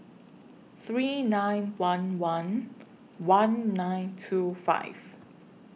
three nine one one one nine two five